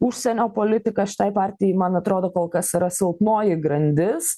užsienio politika šitai partijai man atrodo kol kas yra silpnoji grandis